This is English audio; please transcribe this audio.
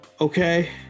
Okay